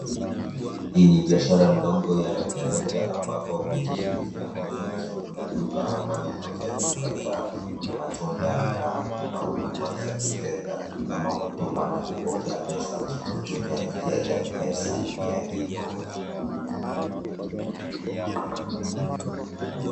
Hii ni biashara ndogo ya rejareja ambapo vitu vingi vinauzwa, kuna duka ambalo linauza vitu kadhaa na matunda na kuna huduma za kifedha kama kutumia na kupokea pesa kutumia njia ya M-Pesa pia iko.